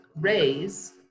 raise